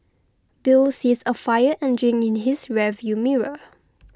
bill sees a fire engine in his rear view mirror